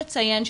נציין,